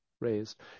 raised